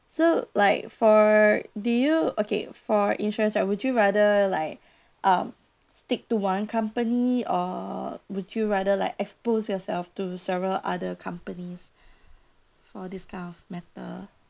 so like for do you okay for insurance right would you rather like um stick to one company or would you rather like expose yourself to several other companies for this kind of matter